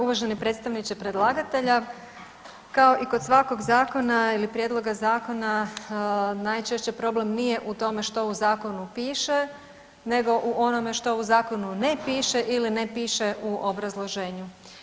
Uvaženi predstavniče predlagatelja kao i kod svakog zakona ili prijedloga zakona najčešće problem nije u tome što u zakonu piše, nego o onome što u zakonu ne piše ili ne piše u obrazloženju.